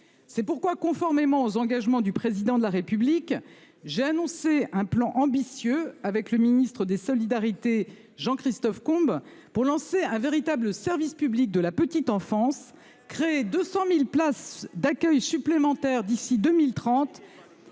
C'est pourquoi conformément aux engagements du président de la République. J'ai annoncé un plan ambitieux avec le ministre des solidarités, Jean-Christophe Combe, pour lancer un véritable service public de la petite enfance, créer 200.000 places d'accueil supplémentaires d'ici 2030.